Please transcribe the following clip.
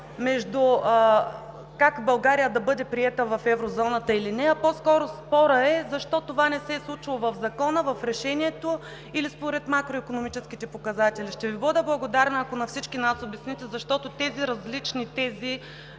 спор как България да бъде приета в Еврозоната или не, а по-скоро спорът е защо това не се е случило в Закона, в решението или според макроикономическите показатели. Ще Ви бъда благодарна, ако на всички нас обясните, защото тези различни тези